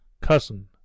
Cousin